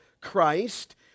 Christ